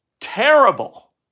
terrible